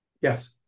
Yes